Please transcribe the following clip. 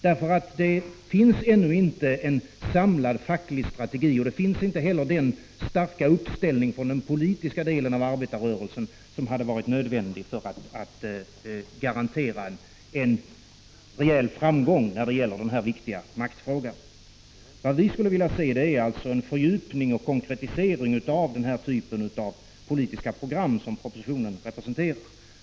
Det finns nämligen ännu inte en samlad facklig strategi, och den politiska delen av arbetarrörelsen ställer inte heller upp så starkt som hade varit nödvändigt för att garantera en rejäl framgång när det gäller denna viktiga maktfråga. Vad vi skulle vilja se är alltså en fördjupning och konkretisering av den typ av politiska program som propositionen representerar.